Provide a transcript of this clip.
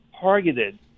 targeted